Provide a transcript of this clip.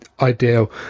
ideal